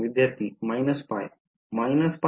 विद्यार्थी − π − π का